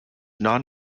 non